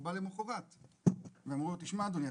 למחרת אמרו לו: אדוני,